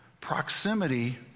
Proximity